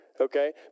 okay